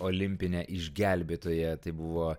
olimpine išgelbėtoja tai buvo